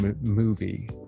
movie